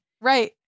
Right